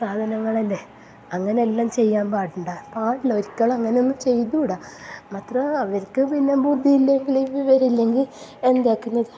സാധാനങ്ങളല്ലെ അങ്ങനെ എല്ലാം ചെയ്യാൻ പാടുണ്ടോ പാടില്ല ഒരിക്കലും അങ്ങനെ ഒന്നും ചെയ്ത കൂടാ മാത്രമല്ല അവർക്ക് പിന്നെ ബുദ്ധിയും ഇല്ലെങ്കിൽ വിവരം ഇല്ലെങ്കിൽ എന്താക്കുന്നതാ